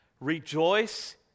rejoice